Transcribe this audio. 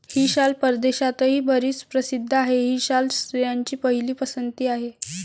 ही शाल परदेशातही बरीच प्रसिद्ध आहे, ही शाल स्त्रियांची पहिली पसंती आहे